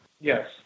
Yes